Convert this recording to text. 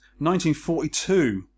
1942